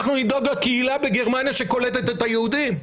אנחנו נדאג לקהילה בגרמניה שקולטת את היהודים?